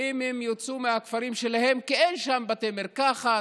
אם הם יצאו מהכפרים שלהם כי אין שם בתי מרקחת,